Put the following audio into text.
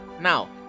Now